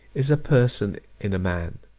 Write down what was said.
is person in a man?